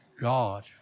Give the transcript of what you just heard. God